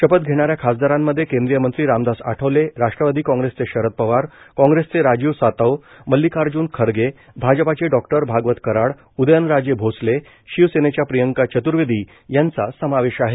शपथ घेणाऱ्या खासदारांमध्ये केंद्रीय मंत्री रामदास आठवले राष्ट्रवादी काँग्रेसचे शरद पवार काँग्रेसचे राजीव सातव मल्लिकार्ज्न खरगे भाजपाचे डॉ भागवत कराड उदयनराजे भोसले शिवसेनेच्या प्रियंका चतुर्वेदी यांचा समावेश आहे